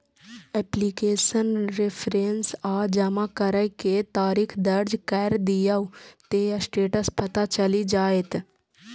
application reference आ जमा करै के तारीख दर्ज कैर दियौ, ते स्टेटस पता चलि जाएत